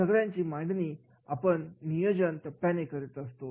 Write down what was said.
या सगळ्यांची मांडणी आपण नियोजन टप्प्यामध्ये करीत असतो